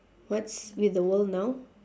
what's with the world now